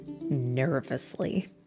nervously